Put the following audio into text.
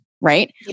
Right